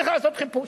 צריך לעשות חיפוש,